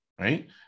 Right